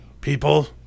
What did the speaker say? people